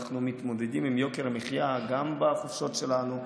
אנחנו מתמודדים עם יוקר המחיה גם בחופשות שלנו,